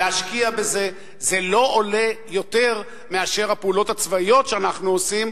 להשקיע בזה לא עולה יותר מאשר הפעולות הצבאיות שאנחנו עושים,